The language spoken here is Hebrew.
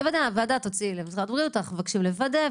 הוועדה תוציא למשרד הבריאות: "אנחנו מבקשים לוודא",